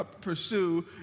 pursue